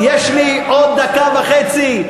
יש לי עוד דקה וחצי.